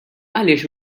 għaliex